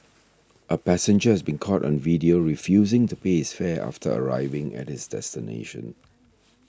a passenger has been caught on video refusing to pay his fare after arriving at his destination